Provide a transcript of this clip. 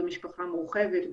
במשפחה מורחבת,